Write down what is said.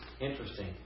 Interesting